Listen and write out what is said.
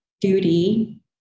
duty